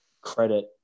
credit